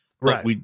Right